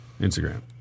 Instagram